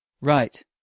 Right